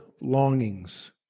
longings